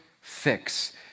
fix